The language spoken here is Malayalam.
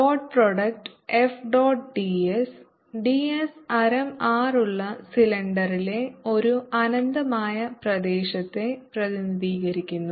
dot product F dot ds ds ആരം R ഉള്ള സിലിണ്ടറിലെ ഒരു അനന്തമായ പ്രദേശത്തെ പ്രതിനിധീകരിക്കുന്ന